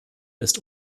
ist